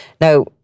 Now